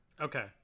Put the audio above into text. Okay